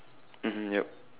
mmhmm yup